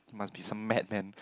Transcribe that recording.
must be some mad man